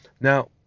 Now